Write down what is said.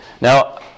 Now